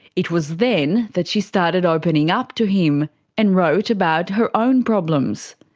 it was then that she started opening up to him and wrote about her own problems.